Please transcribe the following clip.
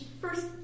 first